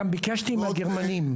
ביקשתי מהגרמנים,